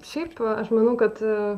šiaip aš manau kad